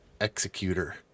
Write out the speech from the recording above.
executor